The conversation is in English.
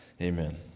Amen